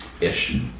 ish